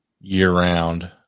year-round